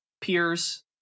peers